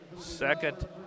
Second